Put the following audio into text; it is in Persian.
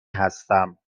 هستم